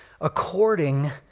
according